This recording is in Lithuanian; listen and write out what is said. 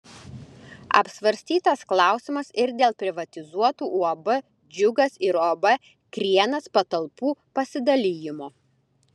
apsvarstytas klausimas ir dėl privatizuotų uab džiugas ir uab krienas patalpų pasidalijimo